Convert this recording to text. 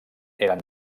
eren